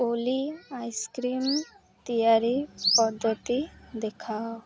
ଓଲି ice cream ତିଆରି ପଦ୍ଧତି ଦେଖାଅ